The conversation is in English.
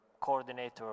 coordinator